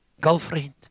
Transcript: Girlfriend